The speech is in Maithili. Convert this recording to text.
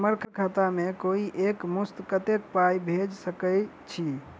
हम्मर खाता मे कोइ एक मुस्त कत्तेक पाई भेजि सकय छई?